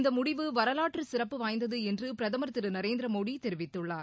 இந்த முடிவு வரலாற்று சிறப்பு வாய்ந்தது என்று பிரதமர் திரு நரேந்திரமோடி தெரிவித்துள்ளார்